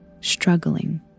Struggling